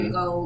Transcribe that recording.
go